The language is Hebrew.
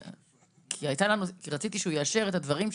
כי רציתי שהוא יאשר את הדברים שלי.